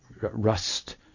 rust